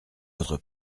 votre